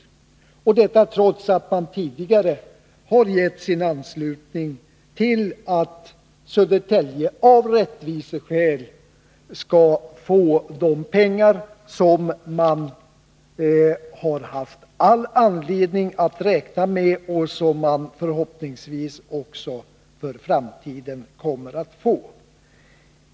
Detta säger man trots att man tidigare har givit sin anslutning till att Södertälje av rättviseskäl skall få de pengar som kommunen har haft all anledning att räkna med och förhoppningsvis också för framtiden kommer att få.